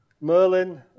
MERLIN